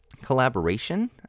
Collaboration